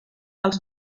els